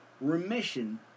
remission